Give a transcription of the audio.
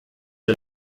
der